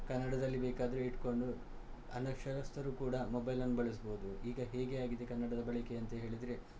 ಕನ್ನಡದಲ್ಲಿ ಬೇಕಾದರೆ ಇಟ್ಟುಕೊಂಡು ಅನಕ್ಷರಸ್ಥರು ಕೂಡ ಮೊಬೈಲನ್ನು ಬಳಸ್ಬೋದು ಈಗ ಹೇಗೆ ಆಗಿದೆ ಕನ್ನಡದ ಬಳಕೆ ಅಂತ ಹೇಳಿದರೆ